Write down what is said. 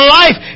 life